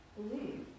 believe